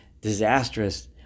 disastrous